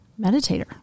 meditator